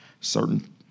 certain